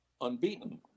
unbeaten